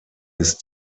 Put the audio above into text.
ist